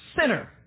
sinner